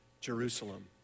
Jerusalem